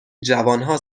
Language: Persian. جوانها